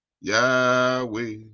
Yahweh